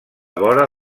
vora